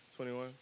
21